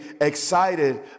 excited